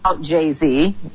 Jay-Z